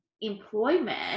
employment